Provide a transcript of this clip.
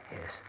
Yes